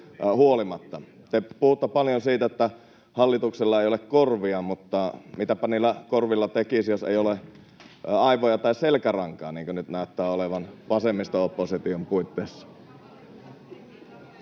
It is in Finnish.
Te puhutte paljon siitä, että hallituksella ei ole korvia. Mutta mitäpä niillä korvilla tekisi, jos ei ole aivoja tai selkärankaa, niin kuin nyt näyttää olevan vasemmisto-opposition puitteissa.